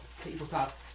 tabletop